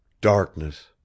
darkness